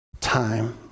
time